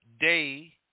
day